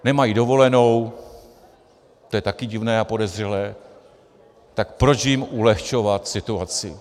Nemají dovolenou, to je taky divné a podezřelé, tak proč jim ulehčovat situaci?